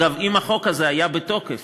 אגב, אם החוק הזה היה בתוקף